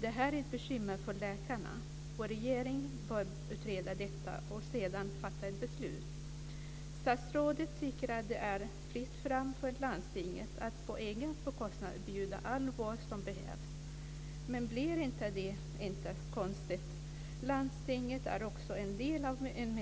Det här är ett bekymmer för läkarna. Regeringen bör utreda detta och sedan fatta ett beslut. Statsrådet tycker att det är fritt fram för landstinget att på egen bekostnad erbjuda all vård om behövs. Men blir inte det konstigt? Landstinget är också en